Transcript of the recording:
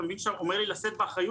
אתה מבין שאתה אומר לי לשאת באחריות?